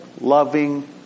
loving